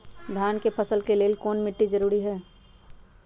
धान के फसल के लेल कौन मिट्टी जरूरी है?